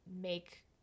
make